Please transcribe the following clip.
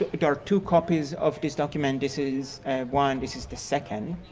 ah but are two copies of this document. this is one, this is the second